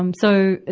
um so,